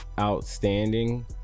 outstanding